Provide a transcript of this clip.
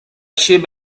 sheep